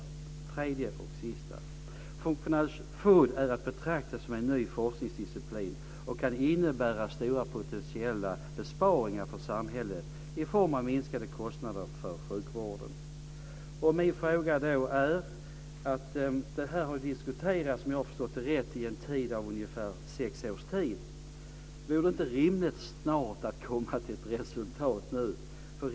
Den tredje och sista är att functional food är att betrakta som en ny forskningsdisciplin och kan innebära stora potentiella besparingar för samhället i form av minskade kostnader för sjukvården. Detta har, om jag har förstått det rätt, diskuterats under ungefär sex års tid. Vore det inte rimligt att man snart kom till ett resultat?